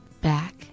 back